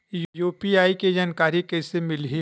UPI के जानकारी कइसे मिलही?